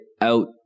out